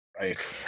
Right